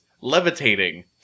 levitating